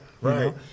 right